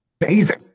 amazing